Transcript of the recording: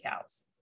cows